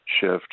shift